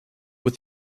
with